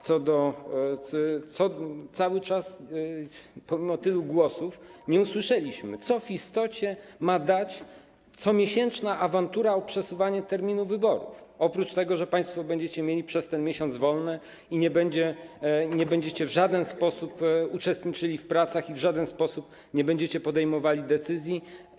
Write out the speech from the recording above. Cały czas pomimo tylu głosów nie usłyszeliśmy, co w istocie ma dać comiesięczna awantura o przesuwanie terminu wyborów, oprócz tego, że państwo będziecie mieli przez ten miesiąc wolne i nie będziecie w żaden sposób uczestniczyli w pracach i w żaden sposób nie będziecie podejmowali decyzji.